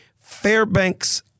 fairbanks